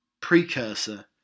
precursor